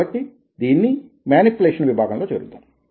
కాబట్టి దీన్ని మేనిప్యులేషన్ విభాగంలో చేరుద్దాం